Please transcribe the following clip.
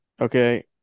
Okay